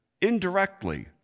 indirectly